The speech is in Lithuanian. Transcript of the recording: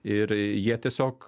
ir jie tiesiog